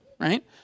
right